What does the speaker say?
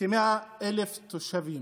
כ-100,000 תושבים.